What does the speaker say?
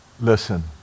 Listen